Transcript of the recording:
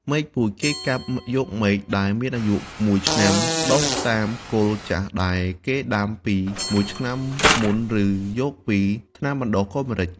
មែកពូជគេកាត់យកមែកដែលមានអាយុ១ឆ្នាំ ដុះតាមគល់ចាស់ដែលគេដាំពី១ឆ្នាំមុនឬយកពីថ្នាលបណ្តុះកូនម្រេច។